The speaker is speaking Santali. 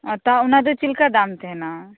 ᱛᱟᱣ ᱚᱱᱟ ᱫᱚ ᱪᱮᱜ ᱞᱮᱠᱟ ᱫᱟᱢ ᱛᱟᱦᱮᱸᱱᱟ